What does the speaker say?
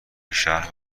شهر